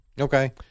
Okay